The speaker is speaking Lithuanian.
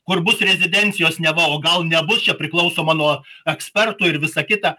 kur bus rezidencijos neva o gal nebus čia priklausoma nuo ekspertų ir visa kita